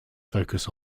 focus